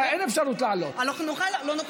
מהניסיון שלי.